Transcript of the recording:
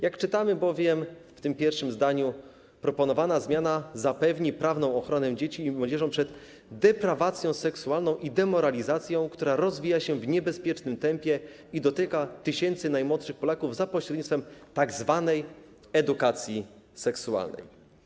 Jak czytamy bowiem w pierwszym zdaniu, proponowana zmiana zapewni prawną ochronę dzieci i młodzieży przed deprawacją seksualną i demoralizacją, która rozwija się w niebezpiecznym tempie i dotyka tysięcy najmłodszych Polaków za pośrednictwem tzw. edukacji seksualnej.